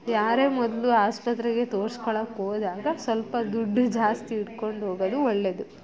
ಯಾರೇ ಮೊದಲು ಆಸ್ಪತ್ರೆಗೆ ತೋರ್ಸ್ಕೊಳಕ್ಕೆ ಹೋದಾಗ ಸ್ವಲ್ಪ ದುಡ್ಡು ಜಾಸ್ತಿ ಇಟ್ಕೊಂಡು ಹೋಗೋದು ಒಳ್ಳೆಯದು